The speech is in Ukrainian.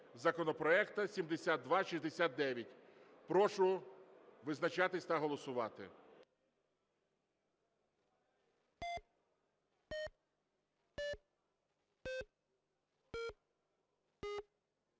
законопроекту 7269). Прошу визначатися та голосувати.